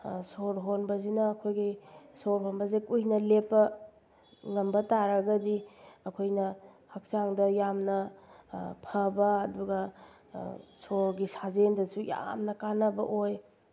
ꯁꯣꯔ ꯍꯣꯟꯕꯁꯤꯅ ꯑꯩꯈꯣꯏꯒꯤ ꯁꯣꯔ ꯍꯣꯟꯕꯁꯦ ꯀꯨꯏꯅ ꯂꯦꯞꯄ ꯉꯝꯕ ꯇꯥꯔꯒꯗꯤ ꯑꯩꯈꯣꯏꯅ ꯍꯛꯆꯥꯡꯗ ꯌꯥꯝꯅ ꯐꯕ ꯑꯗꯨꯒ ꯁꯣꯔꯒꯤ ꯁꯥꯖꯦꯟꯗꯁꯨ ꯌꯥꯝꯅ ꯀꯥꯟꯅꯕ ꯑꯣꯏ